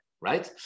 right